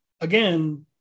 again